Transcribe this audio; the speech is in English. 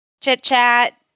chit-chat